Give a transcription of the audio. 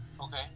Okay